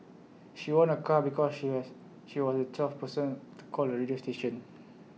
she won A car because she has she was the twelfth person to call the radio station